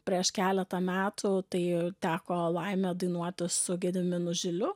prieš keletą metų tai teko laimė dainuoti su gediminu žiliu